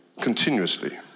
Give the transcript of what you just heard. continuously